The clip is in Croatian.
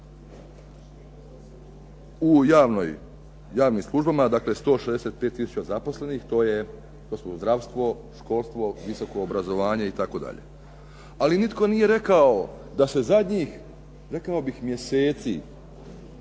u javnim službama dakle 165000 zaposlenih. To su zdravstvo, školstvo, visoko obrazovanje itd. Ali nitko nije rekao da se zadnjih rekao bih mjeseci